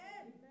Amen